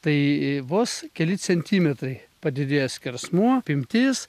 tai vos keli centimetrai padidėjo skersmuo apimtis